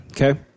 Okay